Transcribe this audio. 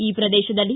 ಈ ಪ್ರದೇಶದಲ್ಲಿ